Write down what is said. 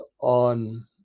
on